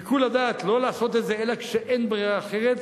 שיקול הדעת שלא לעשות את זה אלא כשאין ברירה אחרת,